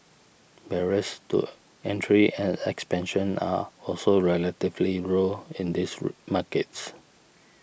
barriers to entry and expansion are also relatively row in these markets